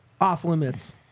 off-limits